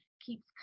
keeps